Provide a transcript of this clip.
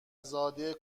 زاده